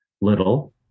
little